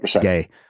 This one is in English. gay